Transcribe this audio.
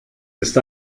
ist